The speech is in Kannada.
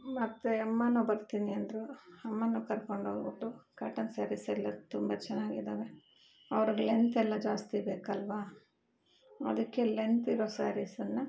ಮತ್ತು ಅಮ್ಮ ಬರ್ತೀನಿ ಅಂದರು ಅಮ್ಮನನ್ನು ಕರ್ಕೊಂಡೋಗಿಬಿಟ್ಟು ಕಾಟಾನ್ ಸ್ಯಾರೀಸೆಲ್ಲ ತುಂಬ ಚೆನ್ನಾಗಿದ್ದಾವೆ ಅವ್ರಿಗೆ ಲೆಂತೆಲ್ಲ ಜಾಸ್ತಿ ಬೇಕಲ್ವ ಅದಕ್ಕೆ ಲೆಂತಿರೊ ಸ್ಯಾರಿಸನ್ನು